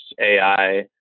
AI